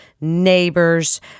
neighbors